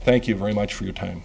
thank you very much for your time